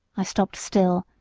i stopped still,